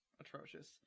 atrocious